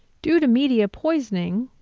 due to media poisoning,